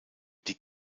die